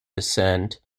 descent